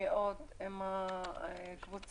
מאוד עם הקבוצה.